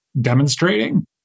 demonstrating